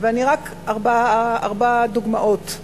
ואני רק אביא כאן ארבע דוגמאות,